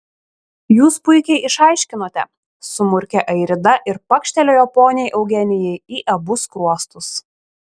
jūs puikiai išaiškinote sumurkė airida ir pakštelėjo poniai eugenijai į abu skruostus